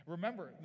Remember